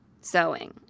sewing